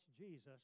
Jesus